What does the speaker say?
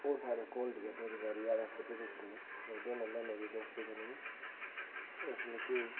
ओहे साढ़ै कोलडिया बड़ी बारी आए दा ऐ फोटो खिच्चने गी ओह्दै नै मेरी दोस्ती बनी उस मिगी